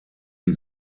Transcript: sie